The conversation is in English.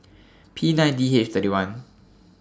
P nine D H thirty one